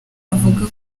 avuga